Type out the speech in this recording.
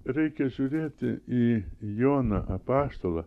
reikia žiūrėti į joną apaštalą